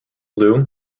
blue